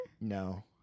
No